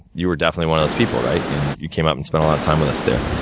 you were definitely one of those people, right, and you came up and spent a lot of time with us there.